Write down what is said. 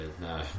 no